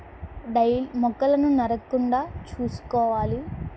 die మొక్కలను నరక్కుండా చూసుకోవాలి